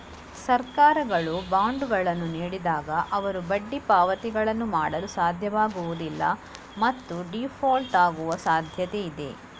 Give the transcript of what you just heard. ಸರ್ಕಾರಗಳು ಬಾಂಡುಗಳನ್ನು ನೀಡಿದಾಗ, ಅವರು ಬಡ್ಡಿ ಪಾವತಿಗಳನ್ನು ಮಾಡಲು ಸಾಧ್ಯವಾಗುವುದಿಲ್ಲ ಮತ್ತು ಡೀಫಾಲ್ಟ್ ಆಗುವ ಸಾಧ್ಯತೆಯಿದೆ